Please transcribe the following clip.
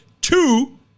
two